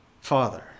Father